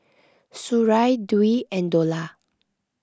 Suria Dwi and Dollah